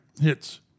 hits